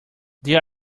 there